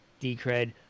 Decred